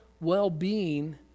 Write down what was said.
well-being